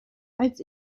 als